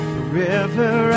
Forever